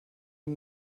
hin